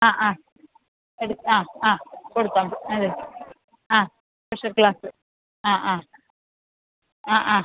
ആ ആ അത് ആ ആ കൊടുക്കാം അത് ആ സ്പെഷ്യൽ ക്ലാസ് ആ ആ ആ ആ